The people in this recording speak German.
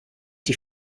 die